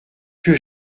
que